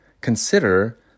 consider